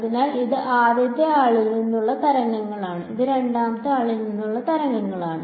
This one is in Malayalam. അതിനാൽ ഇത് ആദ്യത്തെ ആളിൽ നിന്നുള്ള തരംഗങ്ങളാണ് ഇത് രണ്ടാമത്തെ ആളിൽ നിന്നുള്ള തരംഗങ്ങളാണ്